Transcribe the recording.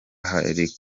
hakiri